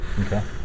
Okay